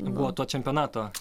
buvo to čempionato